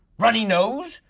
runny nose,